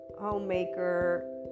homemaker